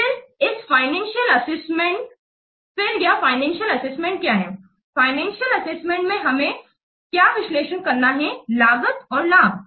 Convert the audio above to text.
फिर यह financial assessment क्या है फाइनेंसियल असेसमेंट में हमें क्या विश्लेषण करना है लागत और लाभ